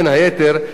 בין היתר,